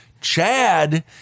Chad